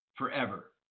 forever